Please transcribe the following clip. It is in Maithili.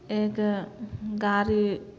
एक गाड़ी